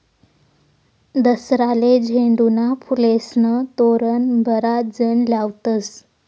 दसराले झेंडूना फुलेस्नं तोरण बराच जण लावतस